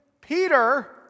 Peter